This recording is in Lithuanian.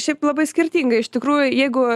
šiaip labai skirtingai iš tikrųjų jeigu